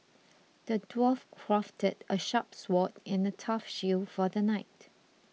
the dwarf crafted a sharp sword and a tough shield for the knight